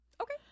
okay